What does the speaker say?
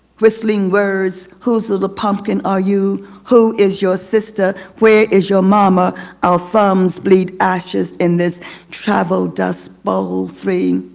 whistling words whose of the pumpkin are you who is your sister? where is your mama our thumbs bleed ashes in this travel dust bowl. three.